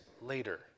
later